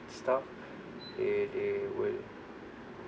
stuff they they will